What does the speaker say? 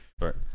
Right